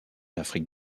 afrique